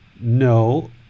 no